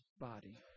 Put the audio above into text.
body